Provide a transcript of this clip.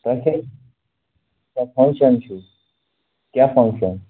تۄہہِ کیٛاہ فنٛگشَن چھُ کیٛاہ فنٛگشَن